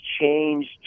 changed